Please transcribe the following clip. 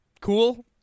Cool